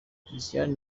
christian